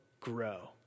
grow